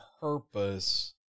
purpose